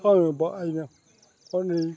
ꯈꯪꯅꯕ ꯑꯩꯅ ꯍꯣꯠꯅꯔꯤ